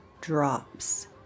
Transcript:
drops